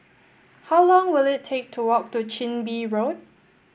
how long will it take to walk to Chin Bee Road